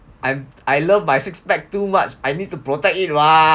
I'm I love my six pack too much I need to protect it [what]